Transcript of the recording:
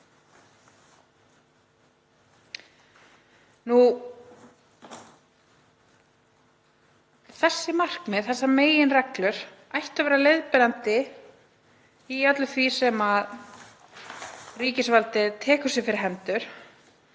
Þessi markmið og þessar meginreglur ættu að vera leiðbeinandi í öllu því sem ríkisvaldið tekur sér fyrir hendur